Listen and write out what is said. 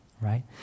right